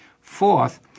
Fourth